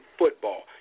football